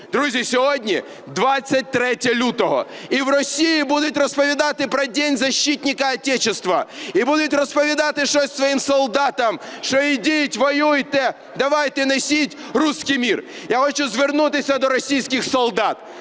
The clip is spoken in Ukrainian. Друзі, сьогодні 23 лютого, і в Росії будуть розповідати про День защитника Отечества, і будуть розповідати щось своїм солдатам, що ідіть, воюйте, давайте несіть "русский мир". Я хочу звернутися до російських солдат.